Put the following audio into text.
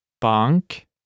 bank